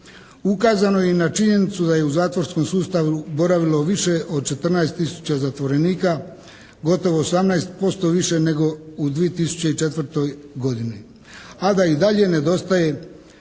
Ukazano je i na činjenicu da je u zatvorskom sustavu boravilo više od 14 tisuća zatvorenika. Gotovo 18% više nego u 2004. godini, a da i dalje nedostaje